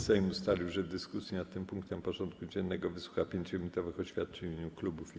Sejm ustalił, że w dyskusji nad tym punktem porządku dziennego wysłucha 5-minutowych oświadczeń w imieniu klubów i kół.